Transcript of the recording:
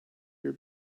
your